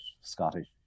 scottish